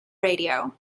radio